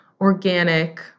organic